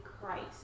Christ